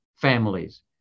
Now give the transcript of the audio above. families